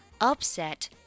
upset